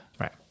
Right